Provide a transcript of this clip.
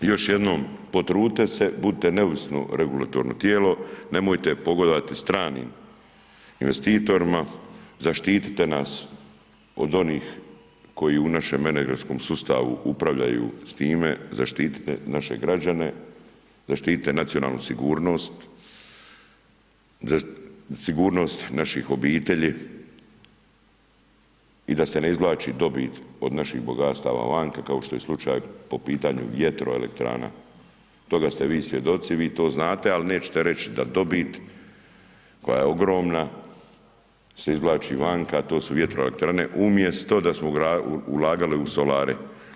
I još jednom, potrudite se, budite neovisno regulatorno tijelo, nemojte pogodovati stranim investitorima, zaštitite nas od onih koji u našem međuljudskom sustavu upravljaju s time, zaštitite naše građane, zaštitite nacionalnu sigurnost, sigurnost naših obitelji i da se ne izvlači dobit od naših bogatstava vanka, kao što je slučaj po pitanju vjetroelektrana, toga ste vi svjedoci, vi to znate, ali nećete reći da dobit koja je ogromna se izvlači vanka, a to su vjetroelektrane, umjesto da smo ulagali u solare.